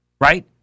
Right